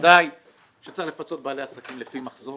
בוודאי שצריך לפצות בעלי עסקים לפי מחזור